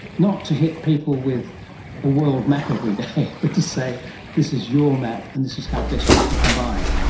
not to hit people with a world map every day but to say this is your map and this is how best you can combine.